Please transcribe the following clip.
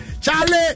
Charlie